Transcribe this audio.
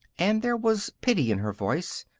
and there was pity in her voice,